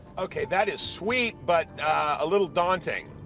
okay, that is sweet but a little daunting.